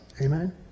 Amen